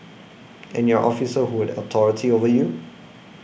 and your officer who had authority over you